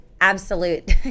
absolute